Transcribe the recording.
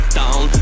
down